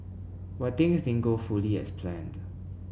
but things didn't go fully as planned